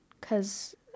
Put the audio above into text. Cause